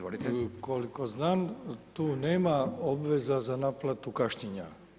Koliko znam tu nema obveza za naplatu kašnjenja.